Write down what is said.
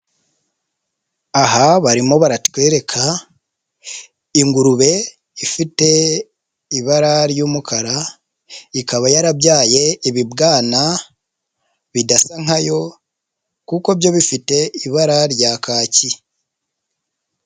Aha barimo baratwereka ingurube ifite ibara ry'umukara; ikaba yarabyaye ibibwana bidasa nka yo kuko byo bifite ibara rya kacyi.